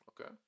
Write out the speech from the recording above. okay